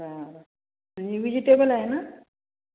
बरं आणि व्हजिटेबल आहे ना